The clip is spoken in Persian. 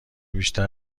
بیشتر